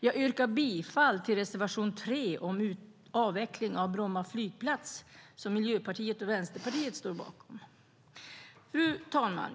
Jag yrkar bifall till reservation 3 om avveckling av Bromma flygplats, som Miljöpartiet och Vänsterpartiet står bakom. Fru talman!